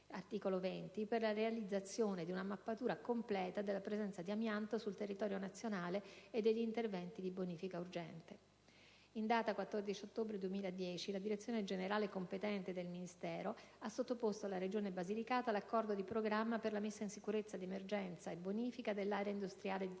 articolo 20, per la realizzazione di una mappatura completa della presenza di amianto sul territorio nazionale e degli interventi di bonifica urgente. In data 14 ottobre 2010, altresì, la Direzione generale competente del Ministero ha sottoposto alla regione Basilicata l'accordo di programma per la messa in sicurezza d'emergenza e bonifica dell'area industriale di Tito